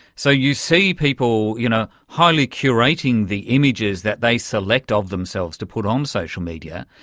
so you see people you know highly curating the images that they select of themselves to put on social media.